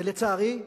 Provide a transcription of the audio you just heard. ולצערי,